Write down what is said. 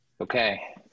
Okay